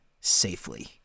safely